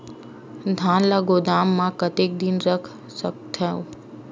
धान ल गोदाम म कतेक दिन रख सकथव?